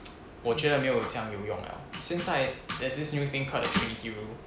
我觉得没有这样有用了现在 there's this new thing like C_Q